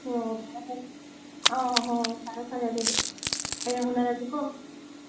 ꯑꯣ ꯑꯣ ꯍꯣꯏ ꯍꯣꯏ ꯐꯔꯦ ꯐꯔꯦ ꯑꯗꯨꯗꯤ ꯍꯌꯦꯡ ꯎꯅꯔꯁꯤꯀꯣ